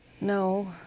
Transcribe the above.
no